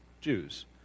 Jews